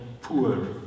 poor